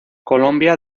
colombia